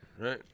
Right